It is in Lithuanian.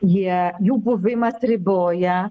jie jų buvimas riboja